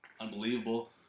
Unbelievable